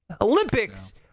Olympics